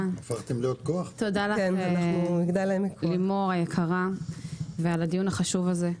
תודה לך לימור היקרה על הדיון החשוב הזה.